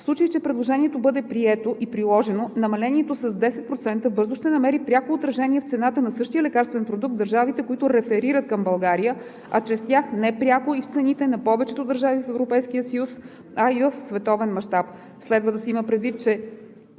В случай че предложението бъде прието и приложено, намалението с 10% бързо ще намери пряко отражение в цената на същия лекарствен продукт в държавите, които реферират към България, а чрез тях непряко и в цените на повечето държави в Европейския съюз, а и в световен мащаб. Следва да се има предвид, че